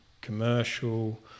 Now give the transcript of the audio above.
commercial